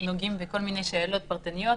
נוגעים בכל מיני שאלות פרטניות,